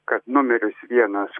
kad numeris vienas